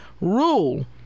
rule